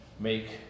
make